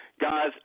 Guys